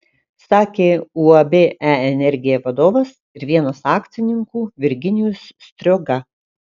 sakė uab e energija vadovas ir vienas akcininkų virginijus strioga